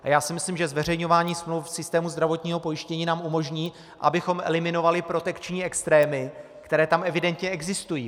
A já si myslím, že zveřejňování smluv v systému zdravotního pojištění nám umožní, abychom eliminovali protekční extrémy, které tam evidentně existují.